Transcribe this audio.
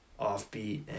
offbeat